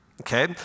Okay